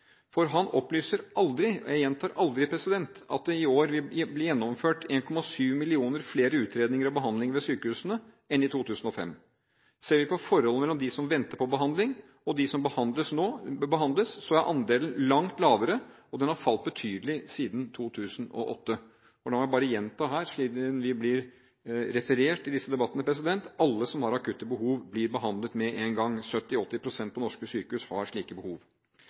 For han opplyser aldri – jeg gjentar: aldri – at det i år vil bli gjennomført 1,7 millioner flere utredninger og behandlinger ved sykehusene enn i 2005. Ser vi på forholdet mellom dem som venter på behandling, og dem som behandles, er andelen langt lavere, og den har falt betydelig siden 2008. La meg gjenta – siden vi blir referert i disse debattene – at alle som har akutte behov, blir behandlet med én gang. 70–80 pst. av pasientene på norske sykehus har slike behov.